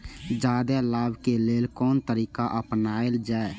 जादे लाभ के लेल कोन तरीका अपनायल जाय?